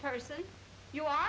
person you are